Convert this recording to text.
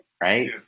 right